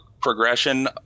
progression